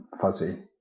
fuzzy